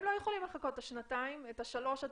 הם לא יכולים לחכות את השנתיים שלוש עד